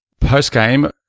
Post-game